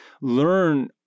learn